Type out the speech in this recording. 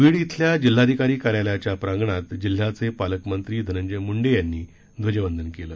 बीड इथल्या जिल्हाधिकारी कार्यालयाच्या प्रांगणात जिल्ह्याचे पालकमंत्री धनंजय मुंडे यांनी ध्वजवंदन केलं